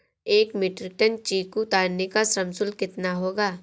एक metric tonne चीकू उतारने का श्रम शुल्क कितना होगा?